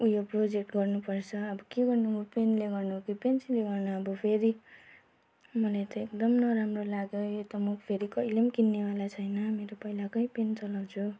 उयो प्रोजेक्ट गर्नुपर्छ अब के गर्नु म पेनले गर्नु कि पेन्सिलले गर्नु अब फेरि मलाई त एकदम नराम्रो लाग्यो यो त म फेरि कहिले पनि किन्नेवाला छैन मेरो पहिलाकै पेन चलाउँछु